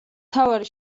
მთავარი